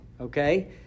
okay